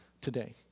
today